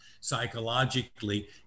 psychologically